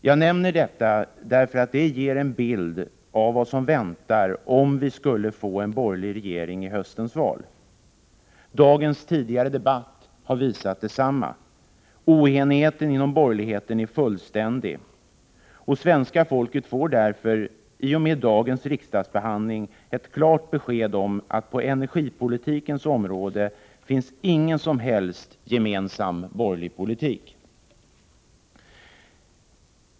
Jag nämner detta därför att det ger en bild av vad som väntar om vi skulle få en borgerlig regering genom höstens val. Den tidigare debatten i dag har visat detsamma. Oenigheten inom borgerligheten är fullständig, och svenska folket får därför i och med dagens riksdagsbehandling ett klart besked om att på energipolitikens område finns ingen som helst gemensam borgerlig politik.